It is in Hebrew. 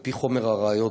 על-פי חומר הראיות,